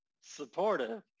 supportive